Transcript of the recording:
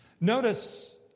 notice